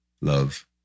love